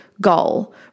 goal